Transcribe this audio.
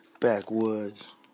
backwoods